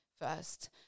first